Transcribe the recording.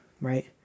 right